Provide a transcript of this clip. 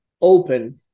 open